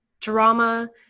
drama